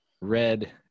red